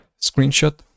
screenshot